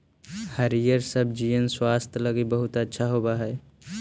हरिअर सब्जिअन स्वास्थ्य लागी बहुत अच्छा होब हई